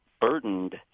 burdened